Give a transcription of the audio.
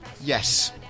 Yes